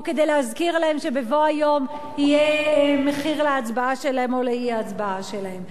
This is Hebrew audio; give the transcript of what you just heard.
או כדי להזכיר להם שבבוא היום יהיה מחיר להצבעה שלהם או לאי-הצבעה שלהם.